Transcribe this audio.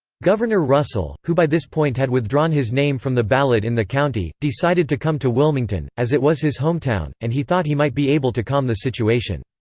governor russell, russell, who by this point had withdrawn his name from the ballot in the county, decided to come to wilmington, as it was his hometown, and he thought he might be able to calm the situation.